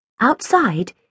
Outside